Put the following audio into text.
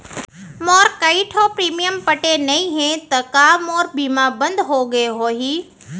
मोर कई ठो प्रीमियम पटे नई हे ता का मोर बीमा बंद हो गए होही?